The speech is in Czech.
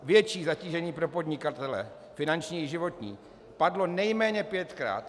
Větší zatížení pro podnikatele, finanční i životní padlo nejméně pětkrát.